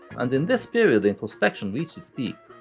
and in this period the introspection reached its peak,